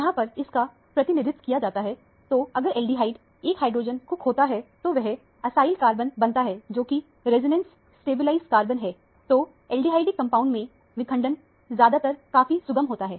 यहां पर इसका प्रतिनिधित्व किया जाता है तो अगर एल्डिहाइड एक हाइड्रोजन को खोता है तो वह असाइल कटायन बनाता है जोकि रेजोनेंस स्टेबलाइज कटायन है तो एल्डिहाइडिक कंपाउंड में विखंडन ज्यादातर काफी सुगम होता है